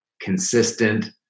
consistent